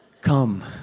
Come